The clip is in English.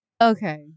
Okay